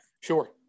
sure